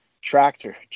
tractor